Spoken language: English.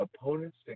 Opponents